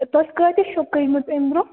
تۄہہِ کٲتیٛاہ چھُو کٔنۍمٕژ اَمہِ برٛونٛہہ